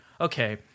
okay